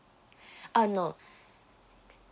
uh no